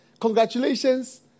congratulations